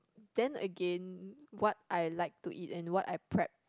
then again what I like to eat and what I prep